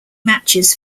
matches